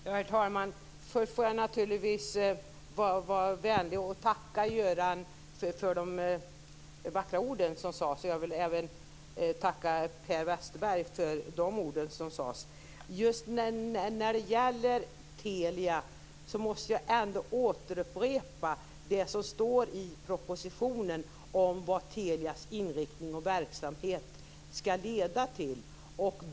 Herr talman! Först får jag naturligtvis tacka Göran för de vackra orden. Jag vill även tacka Per Westerberg för de ord som han sade. När det gäller Telia måste jag ändå upprepa det som står i propositionen om vad Telias inriktning och verksamhet skall leda till.